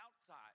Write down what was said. outside